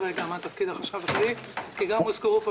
לרגע מה תפקיד החשב הכללי כי הוזכרו פה,